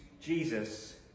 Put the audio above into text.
Jesus